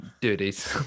duties